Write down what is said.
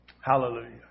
Hallelujah